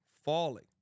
falling